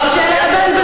תנמיך את הקול שלך.